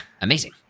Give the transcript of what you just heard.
Amazing